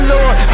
Lord